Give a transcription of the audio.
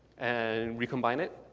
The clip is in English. and recombine it.